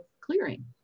clearing